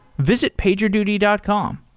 visit pagerduty dot com.